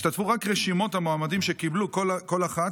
ישתתפו רק רשימות המועמדים שקיבלו כל אחת